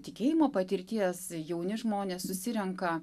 tikėjimo patirties jauni žmonės susirenka